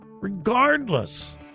Regardless